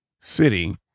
city